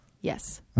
Yes